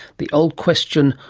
the old question,